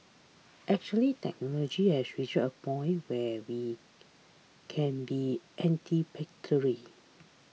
actually technology has reached a point where we can be anticipatory